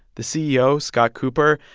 the ceo, scott cooper,